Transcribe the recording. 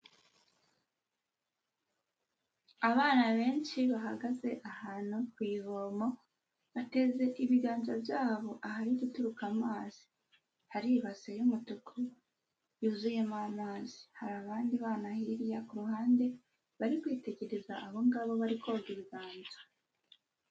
Abana benshi bahagaze ahantu ku ivomo bateze ibiganza byabo ahari guturuka amazi, hari ibase y'umutuku yuzuyemo amazi hari abandi bana hirya ku ruhande bari kwitegereza abo ngabo bari koga ibiganza.